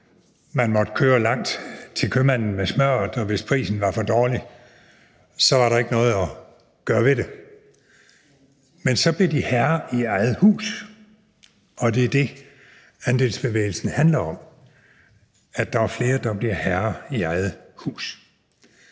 Man måtte køre langt til købmanden med smørret, og hvis prisen var for dårlig, var der ikke noget at gøre ved det. Men så blev de herre i eget hus, og det er det, andelsbevægelsen handler om: at der er flere, der bliver herre i eget hus.